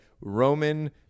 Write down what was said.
Roman